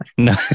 No